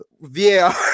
VAR